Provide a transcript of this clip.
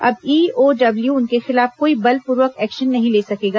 अब ईओडब्ल्यू इनके खिलाफ कोई बलपूर्वक एक्शन नहीं ले सकेगा